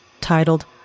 titled